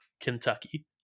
Kentucky